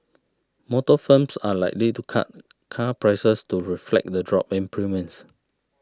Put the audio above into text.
motor firms are likely to cut car prices to reflect the drop in premiums